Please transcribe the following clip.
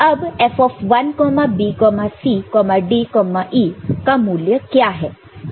अब F1 B C D E का मूल्य क्या है